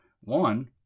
one